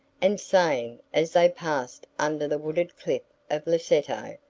and saying, as they passed under the wooded cliff of lecceto,